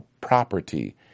property